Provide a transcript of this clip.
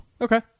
Okay